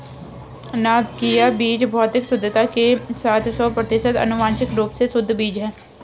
नाभिकीय बीज भौतिक शुद्धता के साथ सौ प्रतिशत आनुवंशिक रूप से शुद्ध बीज है